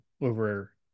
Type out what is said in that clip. over